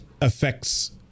affects